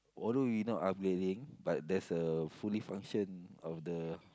although we not upgrading but there's a fully function of the